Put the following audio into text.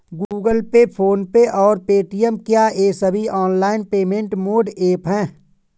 Google pay PhonePe और Paytm क्या ये सभी ऑनलाइन पेमेंट मोड ऐप हैं?